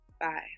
Bye